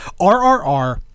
RRR